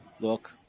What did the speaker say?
look